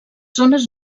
zones